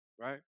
right